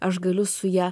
aš galiu su ja